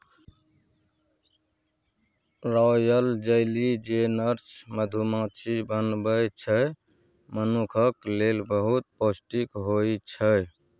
royal jelly जे nurse मधुमाछी बनबै छै मनुखक लेल बहुत पौष्टिक होइ छै